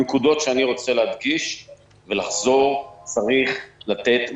הנקודות שאני רוצה להדגיש ולחזור ולומר: צריך לתת מענה,